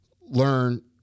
learn